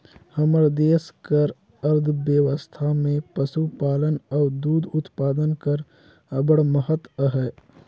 हमर देस कर अर्थबेवस्था में पसुपालन अउ दूद उत्पादन कर अब्बड़ महत अहे